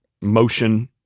motion